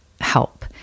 help